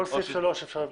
כל סעיף (3), אפשר למחוק.